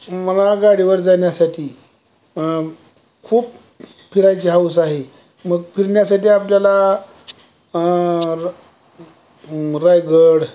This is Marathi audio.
मला गाडीवर जाण्यासाठी खूप फिरायची हौस आहे मग फिरण्यासाठी आपल्याला रायगड